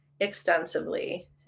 Extensively